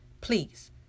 Please